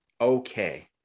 okay